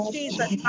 Jesus